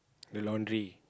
the laundry